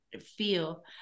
feel